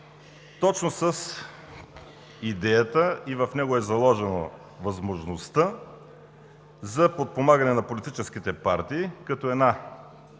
точно с идеята и в него е заложена възможността за подпомагане на политическите партии като една